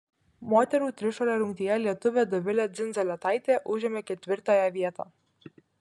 moterų trišuolio rungtyje lietuvė dovilė dzindzaletaitė užėmė ketvirtąją vietą